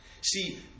See